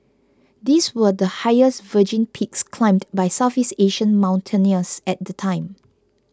these were the highest virgin peaks climbed by Southeast Asian mountaineers at the time